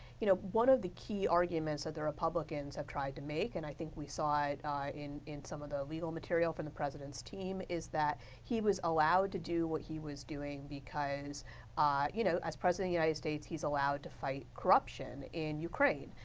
you know one of the key arguments that the republicans have tried to make and i think we saw it in in some of the legal material for the president's team, is that he was allowed to do what he was doing because you know, as president of the united states, he is allowed to fight corruption in ukraine.